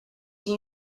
you